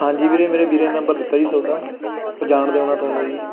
ਹਾਂਜੀ ਵੀਰੇ ਮੇਰੇ ਵੀਰੇ ਨੰਬਰ ਦਿੱਤਾ ਜੀ ਤੁਹਾਡਾ ਉਹ ਜਾਣਦਾ ਹੋਣਾ ਤੁਹਾਨੂੰ ਜੀ